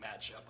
matchup